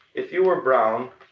if you were brown,